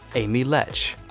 amy ledge,